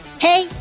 Hey